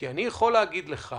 אני יכול להגיד לך